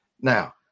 Now